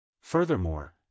Furthermore